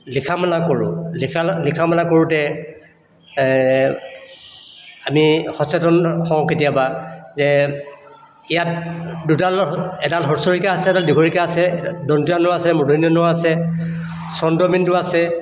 লিখা মেলা কৰোঁ লিখা লিখা মেলা কৰোঁতে আমি সচেতন হওঁ কেতিয়াবা যে ইয়াত দুডাল এডাল হস্ৰই কাৰ আছে এডাল দীৰ্ঘ ঈ কাৰ আছে দন্ত্য ন আছে মূৰ্ধন্য ণ আছে চন্দ্ৰবিন্দু আছে